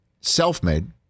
Self-made